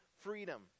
freedom